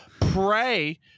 pray